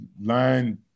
line